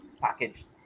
package